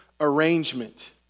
arrangement